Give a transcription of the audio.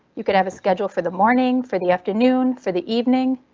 you could have a schedule for the morning, for the afternoon, for the evening.